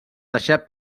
deixar